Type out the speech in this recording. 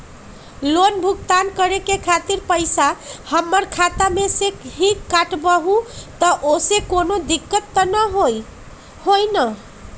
Loan भुगतान करे के खातिर पैसा हमर खाता में से ही काटबहु त ओसे कौनो दिक्कत त न होई न?